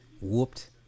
Whooped